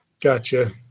gotcha